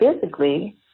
physically